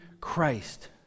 Christ